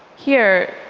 here,